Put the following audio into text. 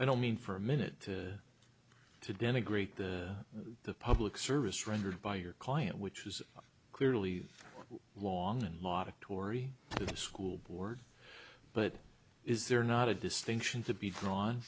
i don't mean for a minute to denigrate the public service rendered by your client which is clearly long and logic tory to the school board but is there not a distinction to be drawn